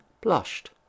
blushed